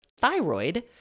thyroid